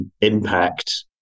impact